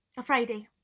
a friday,